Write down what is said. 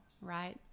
right